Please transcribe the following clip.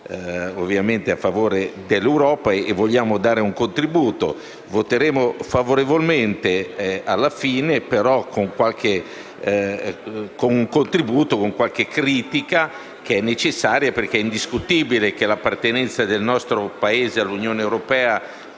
ovviamente a favore dell'Europa e vogliamo dare un contributo. Voteremo favorevolmente alla fine, però con il contributo di qualche critica, che è necessaria, perché è indiscutibile che l'appartenenza del nostro Paese all'Unione europea